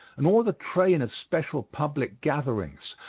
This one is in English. and all the train of special public gatherings,